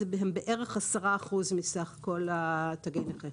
בערך 10 אחוזים מסך כל תגי הנכים.